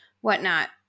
whatnot